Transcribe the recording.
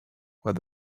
where